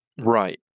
right